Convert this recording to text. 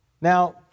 now